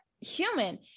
human